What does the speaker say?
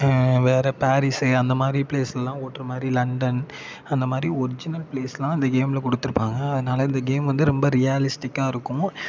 வேறு பாரிஸு அந்த மாதிரி பிளேஸிலலாம் ஓட்டுற மாதிரி லண்டன் அந்த மாதிரி ஒரிஜினல் பிளேஸ்லாம் இந்த கேமில் கொடுத்துருப்பாங்க அதனால இந்த கேம் வந்து ரொம்ப ரியலிஸ்டிக்கா இருக்கும்